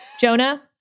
Jonah